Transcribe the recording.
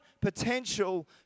potential